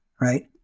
right